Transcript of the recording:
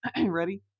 Ready